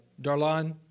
Darlan